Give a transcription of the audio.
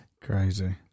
crazy